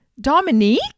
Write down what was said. Dominique